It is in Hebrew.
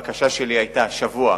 השבוע,